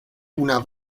una